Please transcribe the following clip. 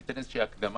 אני אתן איזו הקדמה.